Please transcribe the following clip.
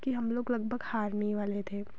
कि हम लोग लगभग हारने ही वाले थे